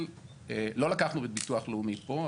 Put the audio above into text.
לא לקחנו את ביטוח לאומי פה,